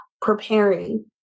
preparing